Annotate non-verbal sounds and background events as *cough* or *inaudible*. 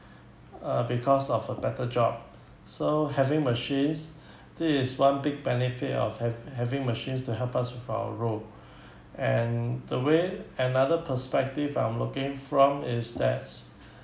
uh because of a better job so having machines this is one big benefit of hav~ having machines to help us with our role *breath* and the way another perspective I'm looking from is that's